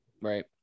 Right